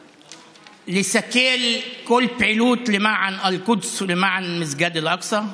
לסכל כל פעילות למען אל-קודס ולמען מסגד אל-אקצא.